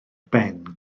ben